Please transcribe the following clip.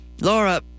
Laura